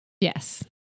Yes